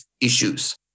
issues